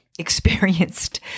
experienced